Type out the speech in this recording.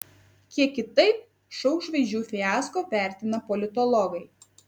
kiek kitaip šou žvaigždžių fiasko vertina politologai